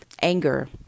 anger